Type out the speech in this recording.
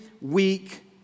week